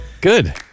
Good